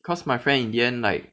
cause my friend in the end like